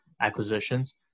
acquisitions